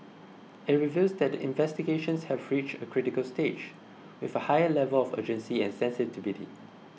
it reveals that the investigations have reached a critical stage with a higher level of urgency and sensitivity